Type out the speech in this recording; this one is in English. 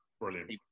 Brilliant